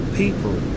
people